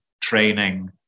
training